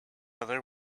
other